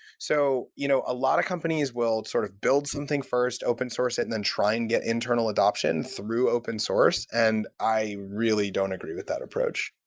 so you know a lot of companies will sort of build something first, open-source it, and then try and get internal adoption through open-source, and i really don't agree with that approach.